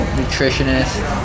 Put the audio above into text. nutritionist